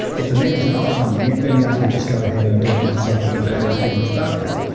if the navy's not funding it, maybe i can just go ahead and do it myself without worrying too much about that.